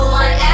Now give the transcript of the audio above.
one